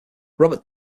robert